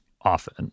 often